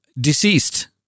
deceased